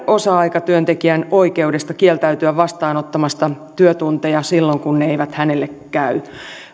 osa aikatyöntekijän oikeudesta kieltäytyä vastaanottamasta työtunteja silloin kun ne eivät hänelle käy